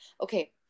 okay